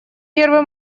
первый